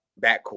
backcourt